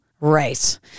Right